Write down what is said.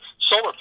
solar